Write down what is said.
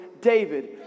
David